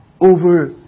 over